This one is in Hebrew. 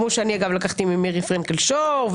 כמו שאני לקחתי ממירי פרנקל שור,